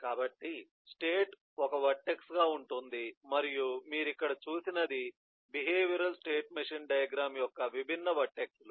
కాబట్టి స్టేట్ ఒక వర్టెక్స్ గా ఉంటుంది మరియు మీరు అక్కడ చూసినది బిహేవియరల్ స్టేట్ మెషీన్ డయాగ్రమ్ యొక్క విభిన్న వర్టెక్స్ లు